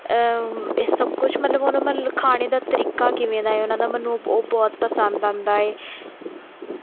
ਇਹ ਸਭ ਕੁੱਝ ਮਤਲਬ ਉਹ ਮਤਲਬ ਖਾਣੇ ਦਾ ਤਰੀਕਾ ਕਿਵੇਂ ਦਾ ਏ ਉਹਨਾਂ ਦਾ ਮੈਨੂੰ ਉਹ ਬਹੁਤ ਪਸੰਦ ਆਉਂਦਾ ਏ